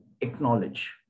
acknowledge